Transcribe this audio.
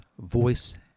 voice